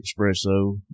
espresso